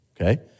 okay